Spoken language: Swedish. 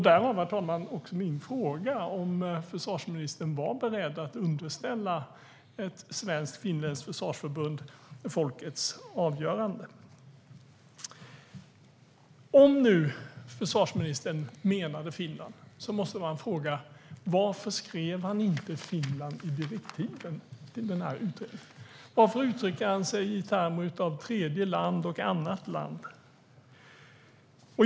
Därav, herr talman, min fråga, det vill säga om försvarsministern var beredd att underställa ett svensk-finländskt försvarsförbund folkets avgörande. Om försvarsministern menade Finland måste man fråga sig varför han inte skrev Finland i direktiven till utredningen. Varför uttryckte han sig i termer av tredje land och annat land?